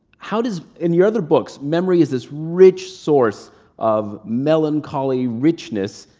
how does. in your other books, memory is this rich source of melancholy richness.